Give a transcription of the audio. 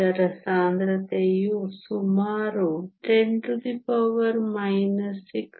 ಇದರ ಸಾಂದ್ರತೆಯು ಸುಮಾರು 10 6